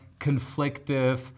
conflictive